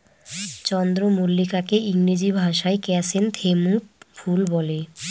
চন্দ্রমল্লিকাকে ইংরেজি ভাষায় ক্র্যাসনথেমুম ফুল বলে